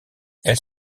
elles